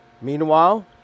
meanwhile